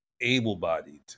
Able-bodied